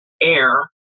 air